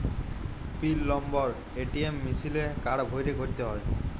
পিল number ATM মিশিলে card ভ্যইরে ক্যইরতে হ্যয়